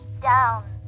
down